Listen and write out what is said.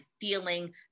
feeling